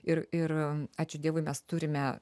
ir ir ačiū dievui mes turime